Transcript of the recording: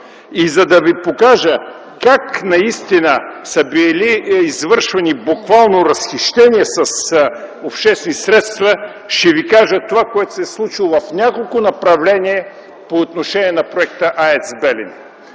За да ви покажа как наистина са били извършвани разхищения с обществени средства, ще ви кажа това, което се е случило в няколко направления по отношение на проекта АЕЦ „Белене”.